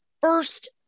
first